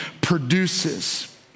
produces